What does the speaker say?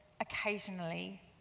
occasionally